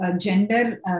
gender